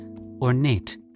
ornate